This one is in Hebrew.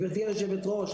גברתי היושבת-ראש,